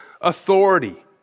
authority